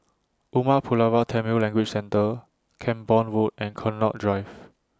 Umar Pulavar Tamil Language Centre Camborne Road and Connaught Drive